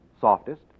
softest